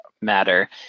matter